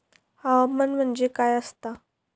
हवामान म्हणजे काय असता?